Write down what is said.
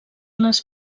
les